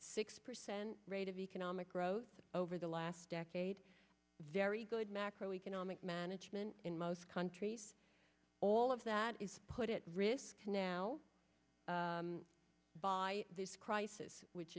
six percent rate of economic growth over the last decade very good macro economic management in most countries all of that is put it risk now by this crisis which